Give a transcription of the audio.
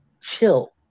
chill